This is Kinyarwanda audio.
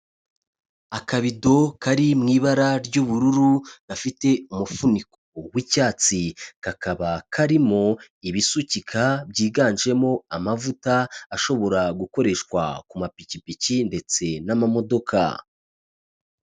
Akabido kari mu ibara ry'ubururu, gafite umufuniko w'icyatsi, kakaba karimo ibisukika byiganjemo amavuta ashobora gukoreshwa ku mapikipiki ndetse n'amamodoka.